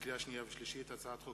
לקריאה שנייה ולקריאה שלישית: הצעת חוק